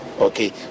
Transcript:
okay